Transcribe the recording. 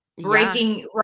breaking